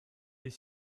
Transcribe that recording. est